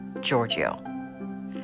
Giorgio